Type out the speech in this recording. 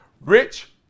rich